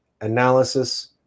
analysis